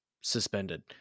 suspended